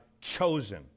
chosen